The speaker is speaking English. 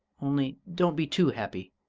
only don't be too happy.